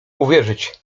uwierzyć